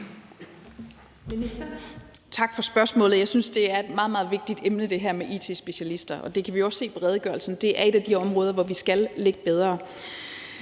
Tak for spørgsmålet. Jeg synes, det her med it-specialister er et meget, meget vigtigt emne. Det kan vi også se i redegørelsen. Det et af de områder, hvor vi skal ligge bedre.